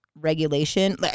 regulation